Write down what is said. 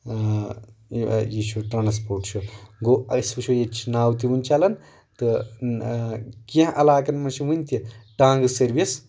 یہِ چھُ ٹرانسپوٹ چھُ گوٚو أسۍ وٕچھو ییٚتہِ چھِ ناوٕ تہِ وُنہِ چلان تہٕ کینٛہہ علاقن منٛز چھِ وُنہِ تہِ ٹانٛگہٕ سٔروِس